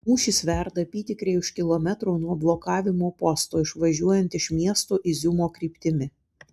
mūšis verda apytikriai už kilometro nuo blokavimo posto išvažiuojant iš miesto iziumo kryptimi